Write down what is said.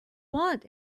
want